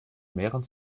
mehren